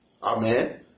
Amen